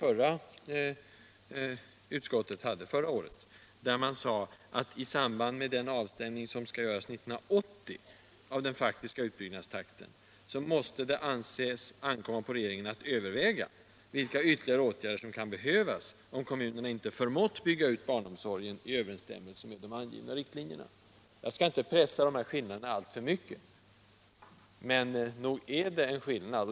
Förra året hade utskottet följande formulering: ”I samband med den avstämning som år 1980 skall göras av den faktiska utbyggnadstakten av barnomsorgen måste det anses ankomma på regeringen att överväga vilka ytterligare åtgärder som kan behövas om kommunerna inte förmått bygga ut barnomsorgen i överensstämmelse med de —--- angivna riktlinjerna.” Jag skall inte pressa skillnaden mellan dessa uttalanden alltför mycket, men nog är det en skillnad.